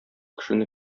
кешене